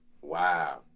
Wow